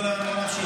לא, לא, בוא נמשיך.